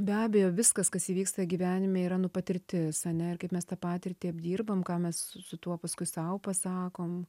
be abejo viskas kas įvyksta gyvenime yra nu patirtis ane ir kaip mes tą patirtį apdirbam ką mes su tuo paskui sau pasakom